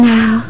Now